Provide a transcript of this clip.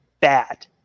bad